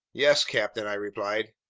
yes, captain, i replied.